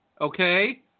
okay